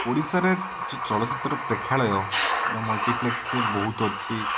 ଓଡ଼ିଶାରେ ଚଳଚ୍ଚିତ୍ର ପ୍ରେକ୍ଷାଳୟ ବା ମଲ୍ଟିପ୍ଲେକ୍ସ୍ ବହୁତ ଅଛି